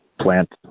plant